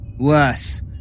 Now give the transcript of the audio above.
Worse